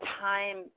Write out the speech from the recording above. time